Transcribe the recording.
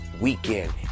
weekend